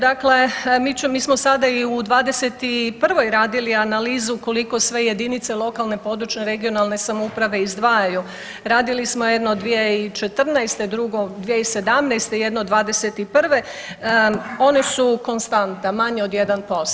Dakle, mi smo sada i u '21. radili analizu koliko sve jedinice lokalne, područne (regionalne) samouprave izdvajaju, radili smo je jedno 2014., drugo 2017. jedno '21. ona su konstanta manje od 1%